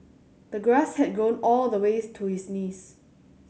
the grass had grown all the way to his knees